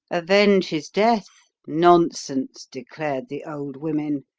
avenge his death? nonsense, declared the old women.